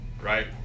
right